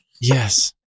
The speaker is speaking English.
Yes